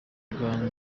bwanje